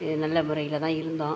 நல்ல முறையில் தான் இருந்தோம்